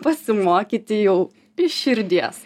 pasimokyti jau iš širdies